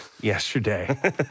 yesterday